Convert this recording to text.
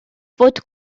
fod